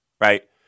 right